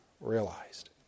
realized